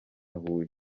huye